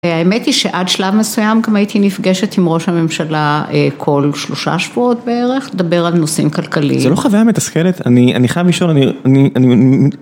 האמת היא שעד שלב מסוים גם הייתי נפגשת עם הראש הממשלה כל שלושה שבועות בערך, לדבר על נושאים כלכליים. זו לא חוויה מתסכלת, אני אני חייב לשאול, אני אני אני...